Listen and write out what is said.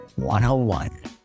101